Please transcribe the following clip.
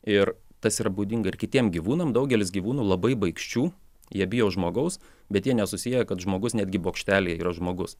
ir tas yra būdinga ir kitiem gyvūnam daugelis gyvūnų labai baikščių jie bijo žmogaus bet jie nesusieja kad žmogus netgi bokštelyje yra žmogus